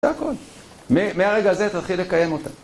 זה הכל. מהרגע הזה תתחיל לקיים אותה.